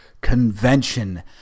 convention